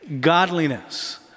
godliness